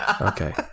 Okay